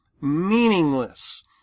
meaningless